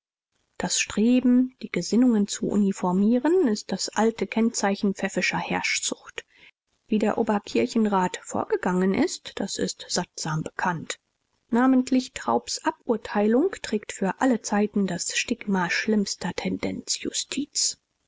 das streben die gesinnungen zu uniformieren ist das alte kennzeichen pfäffischer herrschsucht wie der oberkirchenrat vorgegangen ist das ist sattsam bekannt namentlich traubs aburteilung trägt für alle zeiten das stigma schlimmster